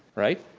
right?